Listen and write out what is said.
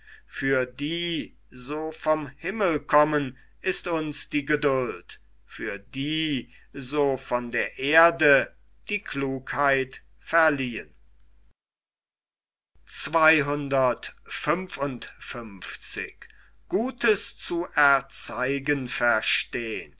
für die so vom himmel kommen ist uns die geduld für die so von der erde die klugheit verliehen